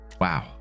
Wow